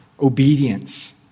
obedience